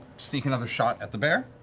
sneak another shot at the bear.